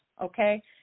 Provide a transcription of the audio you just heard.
Okay